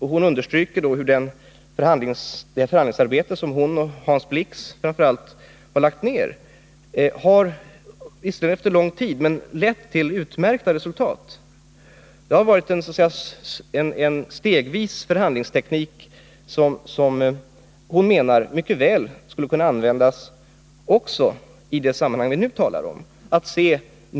Hon understryker hur det förhandlingsarbete som hon och framför allt Hans Blix har lagt ner nu — visserligen efter lång tid — har lett till utmärkta resultat. Det har varit fråga om en stegvis förhandlingsteknik, som enligt Alva Myrdal mycket väl skulle kunna användas också i det sammanhang som vi nu diskuterar.